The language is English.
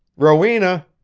rowena!